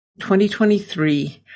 2023